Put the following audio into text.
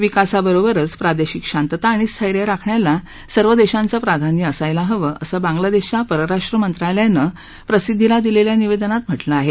विकासाबरोबरच प्रादेशिक शांतता आणि स्थैर्य राखण्याला सर्व देशांचं प्राधान्य असायला हवं असं बांगलादेशच्या पस्राष्ट्र मंत्रालयानं प्रसिद्धीला दिलेल्या निवेदनात म्हटलं आहे